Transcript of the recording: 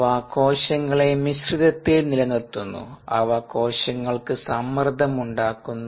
അവ കോശങ്ങളെ മിശ്രിതത്തിൽ നിലനിർത്തുന്നു അവ കോശങ്ങൾക്ക് സമ്മർദ്ദം ഉണ്ടാക്കുന്നു